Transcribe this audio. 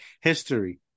history